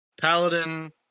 paladin